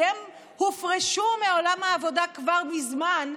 כי הן הופרשו מעולם העבודה כבר מזמן,